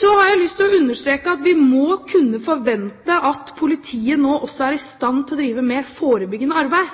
Så har jeg lyst til å understreke at vi må kunne forvente at politiet nå også er i stand til å drive mer forebyggende arbeid.